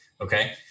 Okay